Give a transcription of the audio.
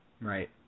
Right